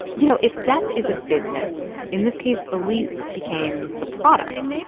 you know, if death is a business, in this case, elise became the product.